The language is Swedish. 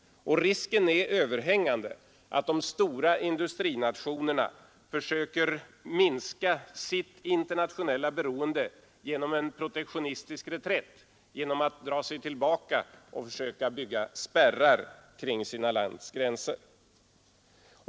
Risken är därvid överhängande att de stora industrinationerna försöker minska sitt internationella beroende genom en protektionistisk reträtt, genom att dra sig tillbaka och försöka bygga spärrar kring sina länders gränser.